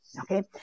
Okay